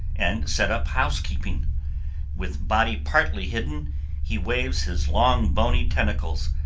and set up housekeeping with body partly hidden he waves his long bony tentacles,